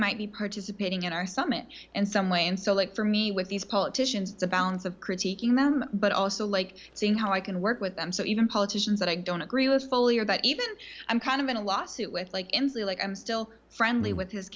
might be participating in our summit and some way and so like for me with these politicians it's a balance of critiquing them but i also like seeing how i can work with them so even politicians that i don't agree with fully or that even i'm kind of in a lawsuit with like n z like i'm still friendly with his